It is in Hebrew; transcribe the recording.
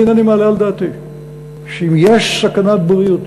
אני אינני מעלה על דעתי שאם יש סכנה בריאותית,